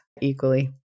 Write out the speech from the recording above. equally